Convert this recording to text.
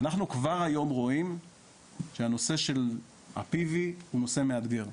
אנחנו כבר היום רואים הנושא של ה-PV הוא נושא מאתגר.